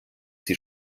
sie